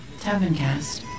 TavernCast